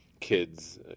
kids